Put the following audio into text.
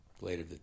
later